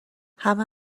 همه